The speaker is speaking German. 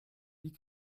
wie